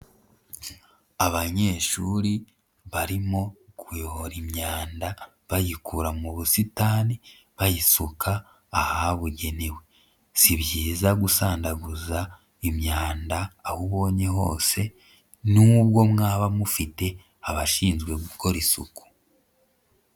Abanyeshuri barimo kuyora imyanda bayikura mu busitani, bayisuka ahabugenewe, si byiza gusandaguza imyanda aho ubonye hose n'ubwo mwaba mufite abashinzwe gukora isuku.